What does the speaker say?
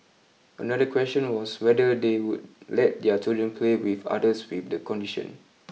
another question was whether they would let their children play with others with the condition